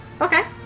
Okay